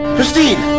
Christine